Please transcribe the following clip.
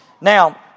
Now